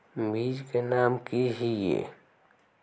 बीज के नाम की हिये?